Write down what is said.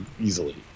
easily